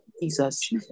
Jesus